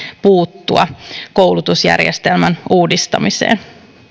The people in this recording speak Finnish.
puuttua kuten koulutusjärjestelmän uudistamiseen